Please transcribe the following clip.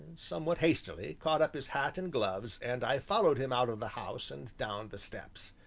somewhat hastily, caught up his hat and gloves, and i followed him out of the house and down the steps.